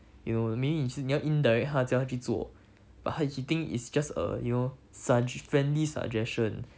you know maybe 你去你要 indirect 叫他去做 but how he think it's just err you know sugg~ friendly suggestion